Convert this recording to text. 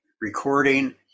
recording